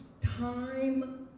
Time